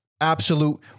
absolute